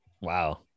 Wow